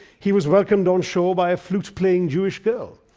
he was welcomed on shore by a flute-playing jewish girl.